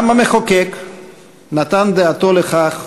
גם המחוקק נתן דעתו לכך,